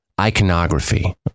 iconography